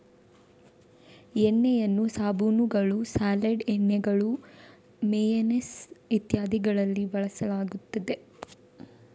ಎಣ್ಣೆಯನ್ನು ಸಾಬೂನುಗಳು, ಸಲಾಡ್ ಎಣ್ಣೆಗಳು, ಮೇಯನೇಸ್ ಇತ್ಯಾದಿಗಳಲ್ಲಿ ಬಳಸಲಾಗುತ್ತದೆ